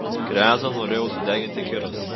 krezą norėjo sudeginti kiras